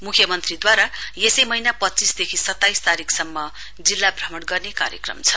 मुख्य मन्त्रीदुवारा यसै महीना पच्चीसदेखि सताइस तारीकसम्म जिल्ला भ्रमण गर्ने कार्यक्रम छ